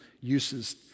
uses